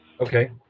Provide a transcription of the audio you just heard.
Okay